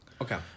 Okay